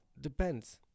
depends